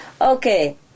Okay